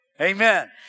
Amen